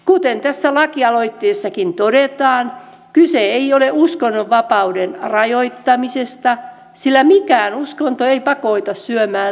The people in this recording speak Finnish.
kuten tässä lakialoitteessakin todetaan kyse ei ole uskonnonvapauden rajoittamisesta sillä mikään uskonto ei pakota syömään lihaa